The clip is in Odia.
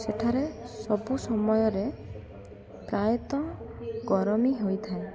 ସେଠାରେ ସବୁ ସମୟରେ ପ୍ରାୟତଃ ଗରମ ହିଁ ହୋଇଥାଏ